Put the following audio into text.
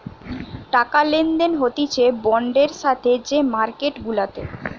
টাকা লেনদেন হতিছে বন্ডের সাথে যে মার্কেট গুলাতে